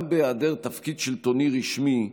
גם בהיעדר תפקיד שלטוני רשמי,